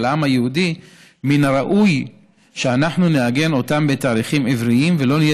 העם היהודי מן הראוי שאנחנו נעגן אותם בתאריכים עבריים ולא נהיה